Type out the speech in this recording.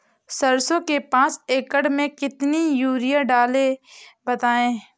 सरसो के पाँच एकड़ में कितनी यूरिया डालें बताएं?